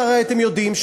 והרי אתם יודעים,